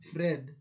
Fred